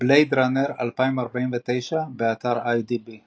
"בלייד ראנר 2049", באתר אידיבי